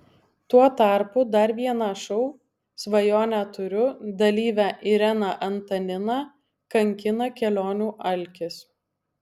tuo tarpu dar vieną šou svajonę turiu dalyvę ireną antaniną kankina kelionių alkis